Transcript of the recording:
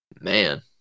Man